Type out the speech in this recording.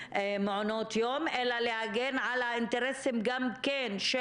מעונות היום אלא להגן גם על האינטרסים של הילדים